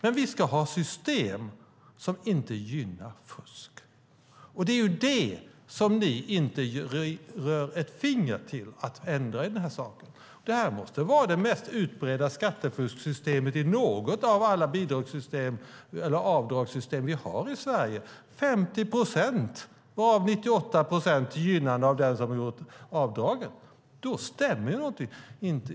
Men vi ska ha system som inte gynnar fusk, och det är det ni inte rör ett finger för att åstadkomma. Detta måste vara det mest utbredda skattefusksystemet i något av alla avdragssystem som vi har i Sverige - 50 procent fel, varav 98 procent gynnar den som har gjort avdraget! Då stämmer det inte.